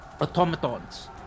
automatons